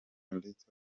ndetse